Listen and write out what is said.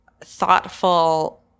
thoughtful